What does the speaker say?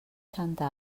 santa